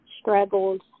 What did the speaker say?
struggled